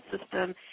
system